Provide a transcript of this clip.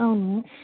అవును